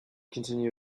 continue